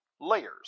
layers